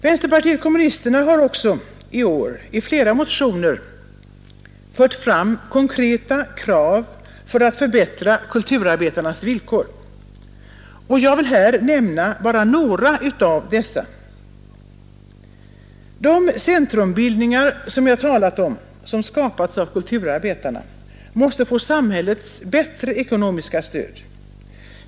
Vänsterpartiet kommunisterna har också i år i flera motioner fört fram konkreta krav för att förbättra kulturarbetarnas villkor. Jag vill nämna bara några av dessa. De centrumbildningar jag talar om, som skapats av kulturarbetarna, måste från samhället få bättre ekonomiskt stöd.